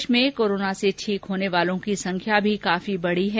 देश में कोरोना से ठीक होने वालों की संख्या भी काफी बढ़ी है